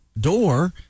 door